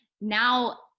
now